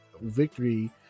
victory